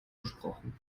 gesprochen